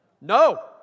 no